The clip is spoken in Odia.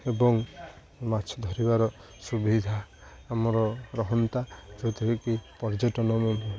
ଏବଂ ମାଛ ଧରିବାର ସୁବିଧା ଆମର ରହନ୍ତା ଯେଉଁଥିରେକି ପର୍ଯ୍ୟଟନ